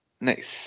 Nice